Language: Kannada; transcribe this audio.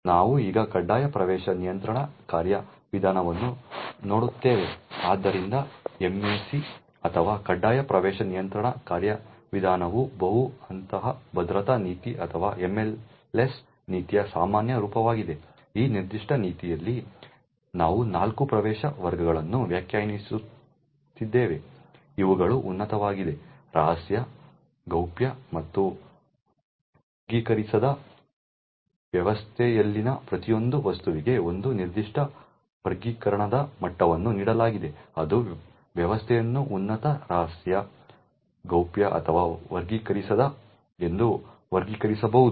ನಾವು ಈಗ ಕಡ್ಡಾಯ ಪ್ರವೇಶ ನಿಯಂತ್ರಣ ಕಾರ್ಯವಿಧಾನವನ್ನು ನೋಡುತ್ತೇವೆ ಆದ್ದರಿಂದ MAC ಅಥವಾ ಕಡ್ಡಾಯ ಪ್ರವೇಶ ನಿಯಂತ್ರಣ ಕಾರ್ಯವಿಧಾನವು ಬಹು ಹಂತದ ಭದ್ರತಾ ನೀತಿ ಅಥವಾ MLS ನೀತಿಯ ಸಾಮಾನ್ಯ ರೂಪವಾಗಿದೆ ಈ ನಿರ್ದಿಷ್ಟ ನೀತಿಯಲ್ಲಿ ನಾವು ನಾಲ್ಕು ಪ್ರವೇಶ ವರ್ಗಗಳನ್ನು ವ್ಯಾಖ್ಯಾನಿಸುತ್ತೇವೆ ಇವುಗಳು ಉನ್ನತವಾಗಿವೆ ರಹಸ್ಯ ರಹಸ್ಯ ಗೌಪ್ಯ ಮತ್ತು ವರ್ಗೀಕರಿಸದ ವ್ಯವಸ್ಥೆಯಲ್ಲಿನ ಪ್ರತಿಯೊಂದು ವಸ್ತುವಿಗೆ ಒಂದು ನಿರ್ದಿಷ್ಟ ವರ್ಗೀಕರಣದ ಮಟ್ಟವನ್ನು ನೀಡಲಾಗಿದೆ ಅದು ವ್ಯವಸ್ಥೆಯನ್ನು ಉನ್ನತ ರಹಸ್ಯ ರಹಸ್ಯ ಗೌಪ್ಯ ಅಥವಾ ವರ್ಗೀಕರಿಸದ ಎಂದು ವರ್ಗೀಕರಿಸಬಹುದು